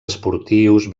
esportius